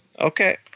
Okay